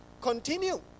Continue